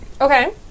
Okay